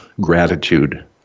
gratitude